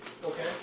Okay